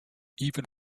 even